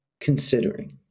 considering